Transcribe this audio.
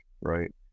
Right